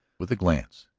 with a glance,